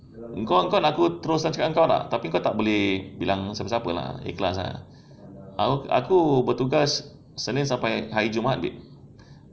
engkau kawan aku terus aku cakap nak tapi kau tak boleh bilang siapa-siapa lah ikhlas ah aku bertugas isnin sampai hari jumaat babe